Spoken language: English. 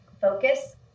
focus